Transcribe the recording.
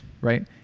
Right